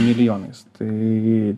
milijonais tai